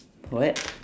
what